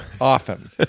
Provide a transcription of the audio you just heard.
often